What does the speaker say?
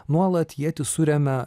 nuolat ietis suremia